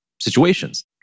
situations